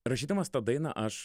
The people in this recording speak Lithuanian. rašydamas tą dainą aš